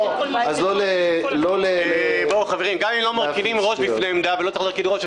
גם אם לא מרכינים ראש בפני העמדה ולא צריך להרכין ראש,